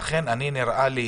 לכן נראה לי